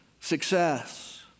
success